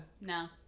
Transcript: No